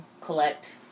collect